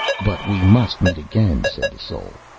but we must meet again said the soul.